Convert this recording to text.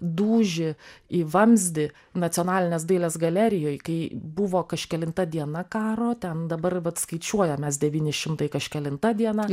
dūžį į vamzdį nacionalinės dailės galerijoj kai buvo kažkelinta diena karo ten dabar vat skaičiuojam mes devyni šimtai kažkelinta diena